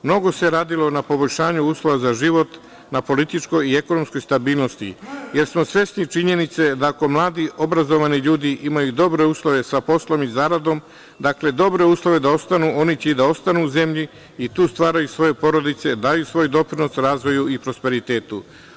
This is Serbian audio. Mnogo se radilo na poboljšanju uslova za život, na političkoj i ekonomskoj stabilnosti, jer smo svesni činjenice da ako mladi i obrazovani ljudi imaju dobre uslove za poslom i zaradom, dakle, dobre uslove da ostanu, oni će i da ostanu u zemlji i tu stvaraju svoje porodice, daju svoj doprinos razvoju i prosperitetu.